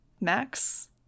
max